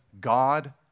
God